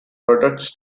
products